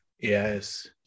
Yes